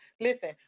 listen